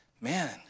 man